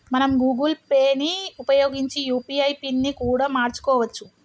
మనం Google Pay ని ఉపయోగించి యూ.పీ.ఐ పిన్ ని కూడా మార్చుకోవచ్చు